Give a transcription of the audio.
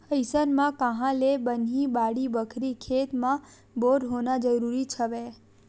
अइसन म काँहा ले बनही बाड़ी बखरी, खेत म बोर होना जरुरीच हवय